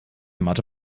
mathe